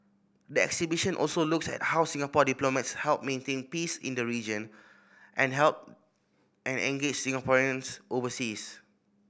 the exhibition also looks at how Singapore diplomats help maintain peace in the region and help and engage Singaporeans overseas